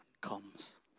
comes